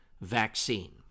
vaccine